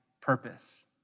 purpose